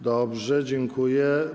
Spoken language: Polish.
Dobrze, dziękuję.